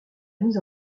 mise